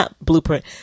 blueprint